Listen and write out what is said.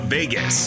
Vegas